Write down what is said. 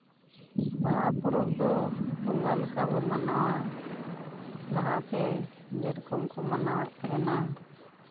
ᱵᱟᱦᱟ ᱯᱚᱨᱚᱵᱽ ᱫᱚ ᱵᱚᱸᱜᱟ ᱞᱮᱠᱟᱵᱚ ᱢᱟᱱᱟᱣᱟ ᱞᱟᱦᱟᱛᱮ ᱡᱮᱨᱚᱠᱚᱢ ᱠᱚ ᱢᱟᱱᱟᱣᱮᱫ ᱛᱟᱦᱮᱱᱟ